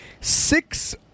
Six